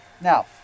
Now